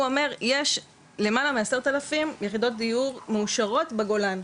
הוא אומר יש למעלה מ- 10 אלפים יחידות דיור מאושרות בגולן,